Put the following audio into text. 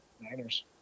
Niners